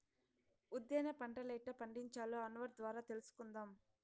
ఉద్దేన పంటలెట్టా పండించాలో అన్వర్ ద్వారా తెలుసుకుందాం